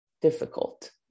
difficult